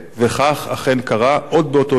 וכך אכן קרה: עוד באותו יום